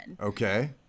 Okay